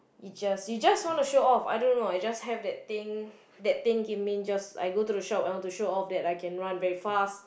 itches you just want to show off I don't know I just have that thing that thing it mean just I go to the shop I want to show off that I can run very fast